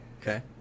Okay